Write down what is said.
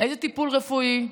איזה טיפול רפואי,